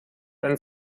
ein